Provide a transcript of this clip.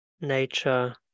Nature